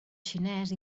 xinès